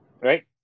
right